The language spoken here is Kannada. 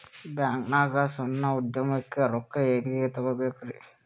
ಬ್ಯಾಂಕ್ನಾಗ ಸಣ್ಣ ಉದ್ಯಮಕ್ಕೆ ರೊಕ್ಕ ಹೆಂಗೆ ತಗೋಬೇಕ್ರಿ?